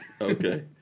Okay